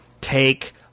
Take